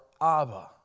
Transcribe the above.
Abba